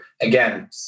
again